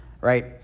right